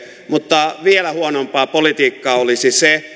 mutta vielä huonompaa politiikkaa olisi se